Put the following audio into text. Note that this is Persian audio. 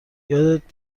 یادت